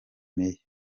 meya